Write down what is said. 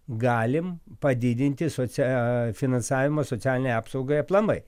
galim padidinti socia finansavimą socialinei apsaugai aplamai